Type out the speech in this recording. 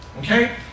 Okay